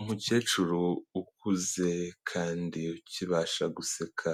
Umukecuru ukuze kandi ukibasha guseka